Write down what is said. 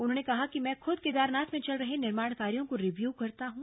उन्होंने कहा कि मैं खुद केदारनाथ में चल रहे निर्माण कार्यों को रिव्यू करता हूं